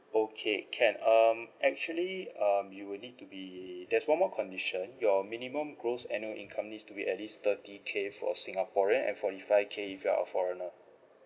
okay can um actually um you will need to be there's one more condition your minimum gross annual income needs to be at least thirty K for singaporean and forty five K if you're a foreigner